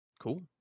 Cool